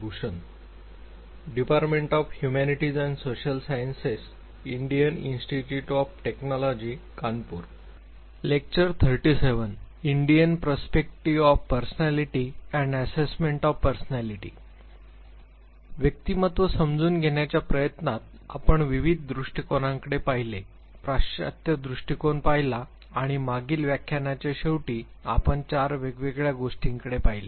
व्यक्तिमत्व समजून घेण्याच्या प्रयत्नात आपण विविध दृष्टीकोनंकडे पाहिले पाश्चात्य दृष्टीकोन पाहिला आणि मागील व्याख्यानाच्या शेवटी आपण चार वेगवेगळ्या शक्तींकडे पाहिले